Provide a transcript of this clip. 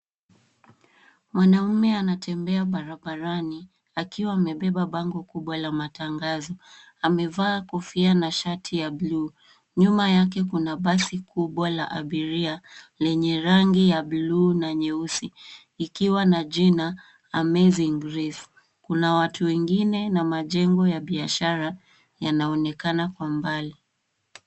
Mwanaume anatembea akiwa amebeba bango kubwa la matangazo amevaa kofia na shati ya blue .Nyuma yake kuna basi kubwa la abiria lenye rangi ya blue na nyeusi ikiwa na jina Amazing grace .Kuna watu wengine na majengo ya biashara yanaonekana kwa mbai.